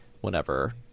whenever –